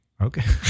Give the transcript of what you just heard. Okay